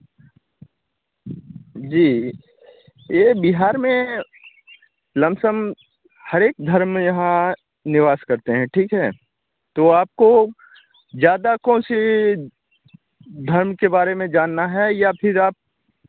जी यह बिहार में लमसम हर एक धर्म यहाँ निवास करते हैं ठीक है तो आपको ज़्यादा कौनसी धर्म के बारे में जानना है या फिर आप